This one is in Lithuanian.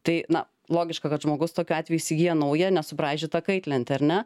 tai na logiška kad žmogus tokiu atveju įsigyja naują nesubraižytą kaitlentę ar ne